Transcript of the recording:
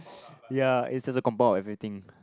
ya it's just to compile everything